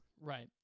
Right